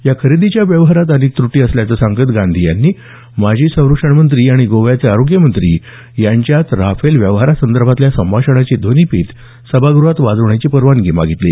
या खरेदीच्या व्यवहारात अनेक त्रटी असल्याचं सांगत गांधी यांनी माजी संरक्षणमंत्री आणि गोव्याचे आरोग्यमंत्री यांच्यात राफेल व्यवहारासंदर्भातल्या संभाषणाची ध्वनिफीत सभाग्रहात वाजवण्याची परवानगी मागितली